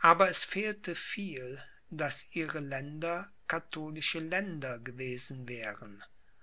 aber es fehlte viel daß ihre länder katholische länder gewesen wären